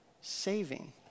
saving